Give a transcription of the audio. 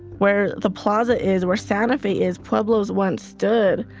where the plaza is where santa fe is, pueblos once stood.